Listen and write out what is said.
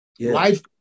Life